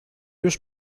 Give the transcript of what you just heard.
już